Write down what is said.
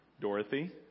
Dorothy